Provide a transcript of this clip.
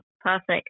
perfect